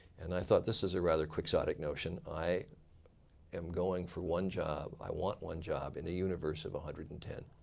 and i thought this is a rather quixotic notion. i am going for one job. i want one job in a universe of one hundred and ten.